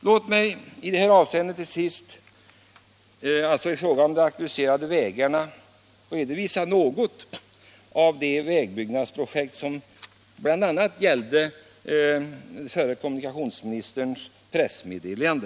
Låt mig i fråga om de aktualiserade vägarna redovisa något av de vägbyggnadsprojekt, som bl.a. togs upp i den förre kommunikationsministerns pressmeddelande.